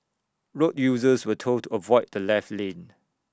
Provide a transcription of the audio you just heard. road users were told avoid the left lane